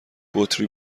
بطری